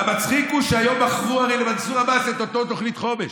והמצחיק הוא שהיום מכרו הרי למנסור עבאס את אותה תוכנית חומש.